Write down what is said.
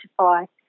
identify